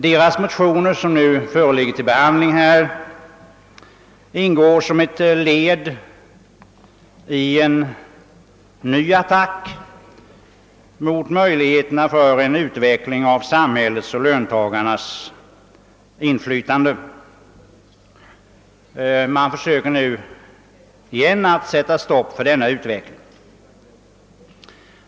De motioner som nu föreligger till behandling ingår som ett led i en ny attack mot möjligheterna för en utveckling av samhällets och löntagarnas inflytande. Man försöker nu igen att sätta stopp för denna utveckling.